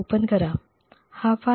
c T1